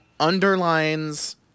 underlines